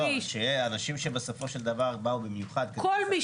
לא, אנשים שבסופו של דבר באו במיוחד כדי לספר